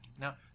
Now